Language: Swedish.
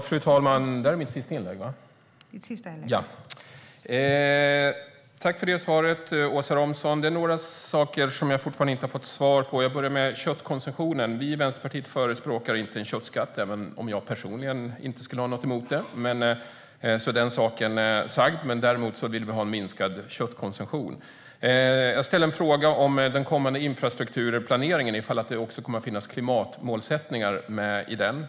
Fru talman! Jag tackar Åsa Romson för detta svar. Det är några saker som jag fortfarande inte har fått svar på. Jag börjar med köttkonsumtionen. Vi i Vänsterpartiet förespråkar inte en köttskatt, även om jag personligen inte skulle ha någonting emot en sådan. Så är den saken sagd. Däremot vill vi ha en minskad köttkonsumtion. Jag ställde en fråga om den kommande infrastrukturplaneringen och om det också kommer att finnas klimatmålsättningar med i den.